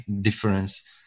difference